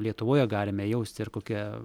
lietuvoje galime jausti ar kokia